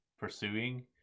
pursuing